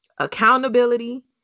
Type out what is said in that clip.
accountability